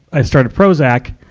i started prozac.